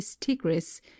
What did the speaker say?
tigris